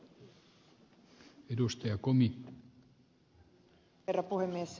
arvoisa herra puhemies